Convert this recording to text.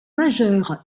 majeures